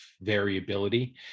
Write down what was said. variability